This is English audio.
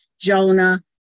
Jonah